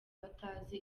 batazi